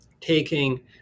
taking